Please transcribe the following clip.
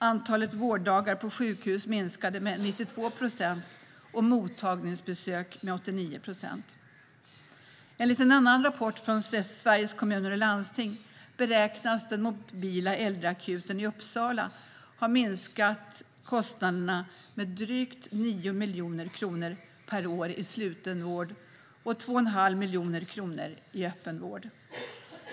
Antalet vårddagar på sjukhus minskade med 92 procent och antalet mottagningsbesök med 89 procent. Enligt en annan rapport, från Sveriges Kommuner och Landsting, beräknas den mobila äldreakuten i Uppsala ha minskat kostnaderna med drygt 9 miljoner kronor per år i slutenvården och med 2 1⁄2 miljon kronor i öppenvården.